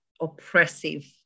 oppressive